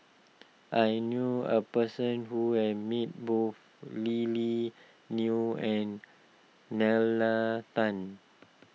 I knew a person who have met both Lily Neo and Nalla Tan